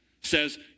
says